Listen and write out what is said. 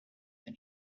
than